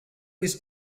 his